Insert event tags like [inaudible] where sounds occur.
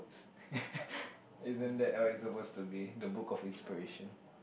[laughs] isn't that what it's supposed to be the book of inspiration